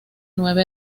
nueve